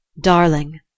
Darling